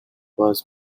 was